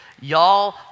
Y'all